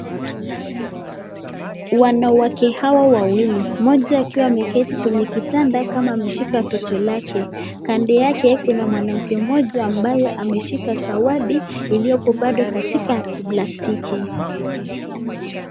Wanawake hawa wawili mmoja akiwa ameketi kwenye kitanda kama ameshika toto lake. Kando yake kuna mwanamke mmoja ambaye ameshika sawadi iliyopo bado katika blastiki.